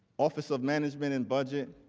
office of management and budget,